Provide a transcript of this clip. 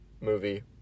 movie